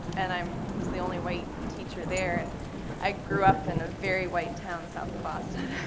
and i um was the only white teacher there. and i grew up in a very white town south of boston,